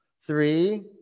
Three